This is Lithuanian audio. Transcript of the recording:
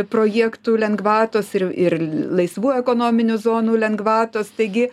projektų lengvatos ir ir laisvų ekonominių zonų lengvatos taigi